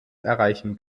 erreichen